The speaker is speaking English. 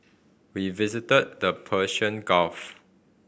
we visited the Persian Gulf